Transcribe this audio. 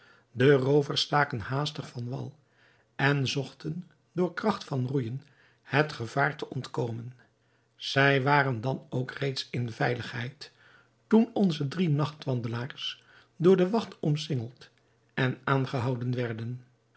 de roovers staken haastig van wal en zochten door kracht van roeijen het gevaar te ontkomen zij waren dan ook reeds in veiligheid toen onze drie nachtwandelaars door de wacht omsingeld en aangehouden werden